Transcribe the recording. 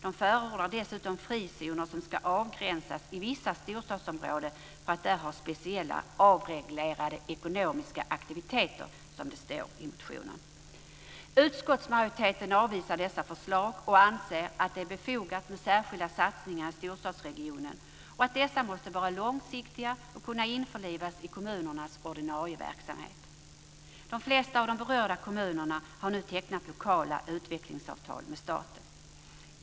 De förordar dessutom frizoner som ska avgränsas i vissa storstadsområden för att man där ska ha speciella avreglerade ekonomiska aktiviteter, som det står i motionen. Utskottsmajoriteten avvisar dessa förslag och anser att det är befogat med särskilda satsningar i storstadsregionen. Dessa måste vara långsiktiga och kunna införlivas i kommunernas ordinarie verksamhet. De flesta av de berörda kommunerna har nu tecknat lokala utvecklingsavtal med staten.